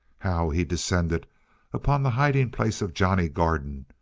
how he descended upon the hiding-place of johnny garden,